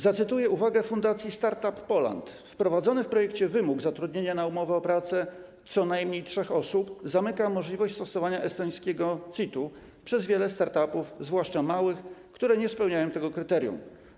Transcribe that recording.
Zacytuję uwagę Fundacji Startup Poland: Wprowadzony w projekcie wymóg zatrudnienia na umowę o pracę co najmniej trzech osób zamyka możliwość stosowania estońskiego CIT-u przez wiele start-upów, zwłaszcza małych, które nie spełniają tego kryterium.